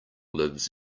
lives